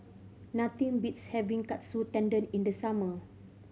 nothing beats having Katsu Tendon in the summer